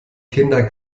kinder